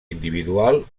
individual